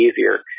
easier